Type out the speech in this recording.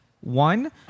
One